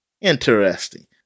interesting